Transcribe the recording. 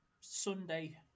Sunday